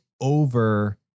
over